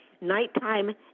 nighttime